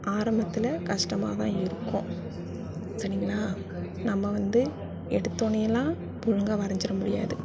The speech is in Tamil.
ஆரம்பத்தில் கஷ்டமாக தான் இருக்கும் சரிங்களா நம்ம வந்து எடுத்தோடனேயேலாம் ஒழுங்காக வரைஞ்சிட முடியாது